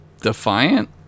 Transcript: Defiant